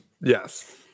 Yes